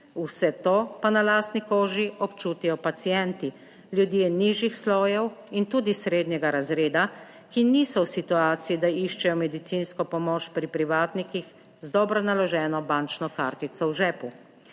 Vse to pa na lastni koži občutijo pacienti, ljudje nižjih slojev in tudi srednjega razreda, ki niso v situaciji, da iščejo medicinsko pomoč pri privatnikih z dobro naloženo bančno kartico v žepu.